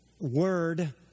word